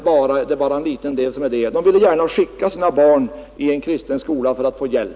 Det är bara en liten del som är det. De vill gärna skicka sina barn till en kristen skola för att få hjälp.